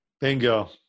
Bingo